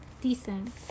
decent